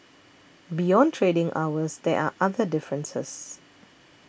beyond trading hours there are other differences